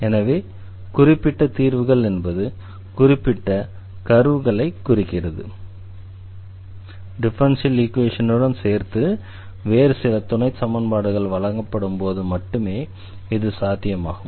எனவே குறிப்பிட்ட தீர்வுகள் என்பது குறிப்பிட்ட கர்வ்களைக் குறிக்கிறது எனவே டிஃபரன்ஷியல் ஈக்வேஷனுடன் சேர்த்து வேறு சில துணை சமன்பாடுகள் வழங்கப்படும்போது மட்டுமே இது சாத்தியமாகும்